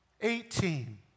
eighteen